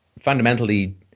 fundamentally